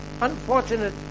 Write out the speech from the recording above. Unfortunate